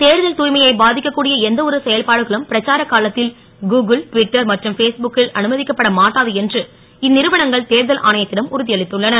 தேர்தல் தூ மையை பா க்கக்கூடிய எந்த ஒரு செயல்பாடுகளும் பிரச்சார காலத் ல் கூகுள் ட்விட்டர் மற்றும் பேஸ்புக்கில் அனும க்கப்பட மாட்டாது என்று இந் றுவனங்கள் தேர்தல் ஆணையத் டம் உறு யளித்துள்ளன